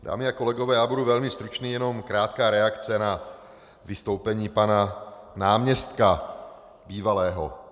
Dámy a kolegové, já budu velmi stručný, jenom krátká reakce na vystoupení pana náměstka, bývalého.